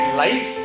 life